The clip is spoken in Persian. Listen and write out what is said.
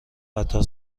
قطار